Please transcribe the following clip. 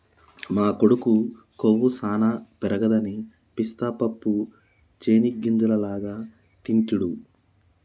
మా కొడుకు కొవ్వు సానా పెరగదని పిస్తా పప్పు చేనిగ్గింజల లాగా తింటిడు